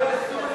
מה יעשו לך?